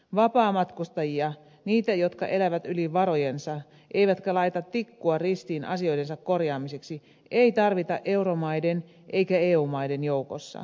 vapaamatkustajia niitä jotka elävät yli varojensa eivätkä laita tikkua ristiin asioidensa korjaamiseksi ei tarvita euromaiden eikä eu maiden joukossa